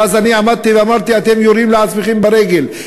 ואז אני עמדתי ואמרתי: אתם יורים לעצמכם ברגל,